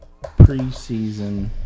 preseason –